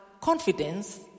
confidence